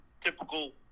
typical